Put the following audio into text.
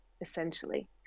essentially